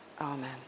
Amen